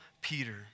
Peter